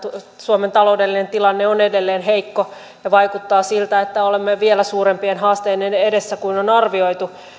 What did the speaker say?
suomen taloudellinen tilanne on edelleen heikko ja vaikuttaa siltä että olemme vielä suurempien haasteiden edessä kuin on arvioitu